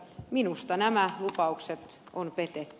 minusta nämä lupaukset on petetty